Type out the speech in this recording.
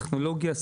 טכנולוגיה,